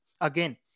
again